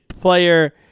player